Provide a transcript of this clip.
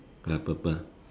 ya purple